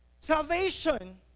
Salvation